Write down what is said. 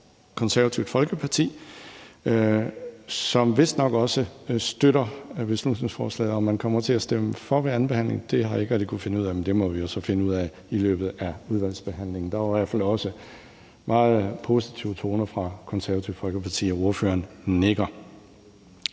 Konservative Folkeparti, som vistnok også støtter beslutningsforslaget. Om man stemmer for det ved andenbehandlingen, har jeg ikke rigtig kunnet finde ud af, men det må vi jo så finde ud af i løbet af udvalgsbehandlingen. Der var jo i hvert fald også meget positive toner fra Det Konservative Folkeparti – ordføreren nikker.